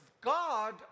God